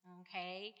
okay